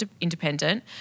independent